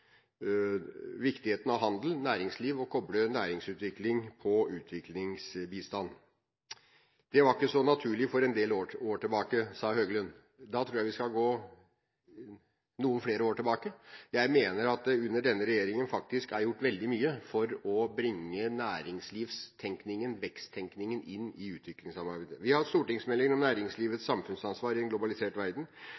viktigheten av handel og næringsliv og å koble næringsutvikling på utviklingsbistand. Det var ikke så naturlig for en del år siden, sa Høglund. Da tror jeg vi skal gå noen flere år tilbake. Jeg mener at det under denne regjeringen faktisk er gjort veldig mye for å bringe næringslivstenkningen, veksttenkningen, inn i utviklingssamarbeidet. Vi har hatt stortingsmeldingen om næringslivets